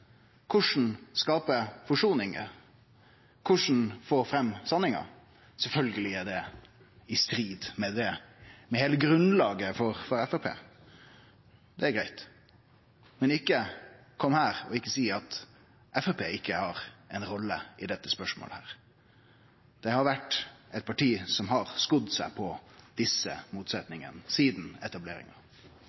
korleis bevege seg vidare, korleis skape forsoningar, korleis få fram sanninga. Sjølvsagt er det i strid med heile grunnlaget for Framstegspartiet. Det er greitt. Men kom ikkje her og sei at Framstegspartiet ikkje har ei rolle i dette spørsmålet. Det har vore eit parti som har skodd seg på desse motsetningane sidan etableringa.